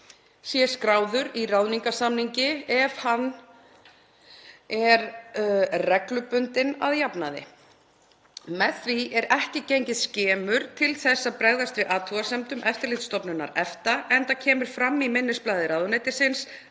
sé skráður í ráðningarsamningi ef hann er reglubundinn að jafnaði. Með því er ekki gengið skemur til að bregðast við athugasemdum Eftirlitsstofnunar EFTA, enda kemur fram í minnisblaði ráðuneytisins